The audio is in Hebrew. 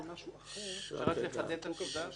זה משהו שישנה את כללי המשחק בכלכלה הישראלית.